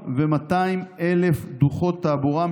כ-1,200,000 דוחות תעבורה,